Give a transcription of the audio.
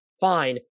fine